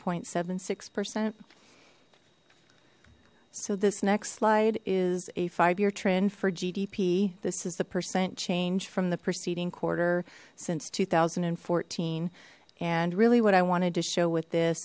point seven six percent so this next slide is a five year trend for gdp this is the percent change from the preceding quarter since two thousand and fourteen and really what i wanted to show with this